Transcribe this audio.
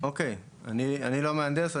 אני לא מהנדס.